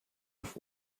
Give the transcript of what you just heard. auf